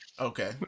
Okay